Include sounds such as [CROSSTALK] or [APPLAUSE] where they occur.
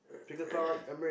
[COUGHS]